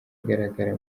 agaragara